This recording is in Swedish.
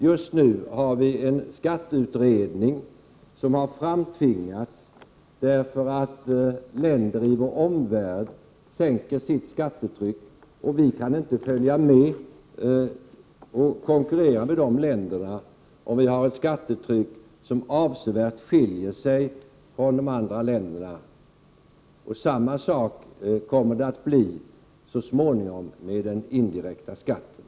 Just nu pågår en skatteutredning, som har framtvingats därför att länder i vår omvärld sänker sitt skattetryck. Vi kan inte följa med och konkurrera med de länderna om vi har ett skattetryck som avsevärt skiljer sig från deras. Samma sak kommer det så småningom att bli med den indirekta skatten.